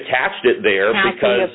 attached it there because